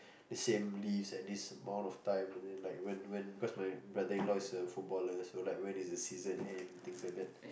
the same leaves and this amount of time and the like when when because my wedding law is a footballer so when does the season ends things like that